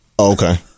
okay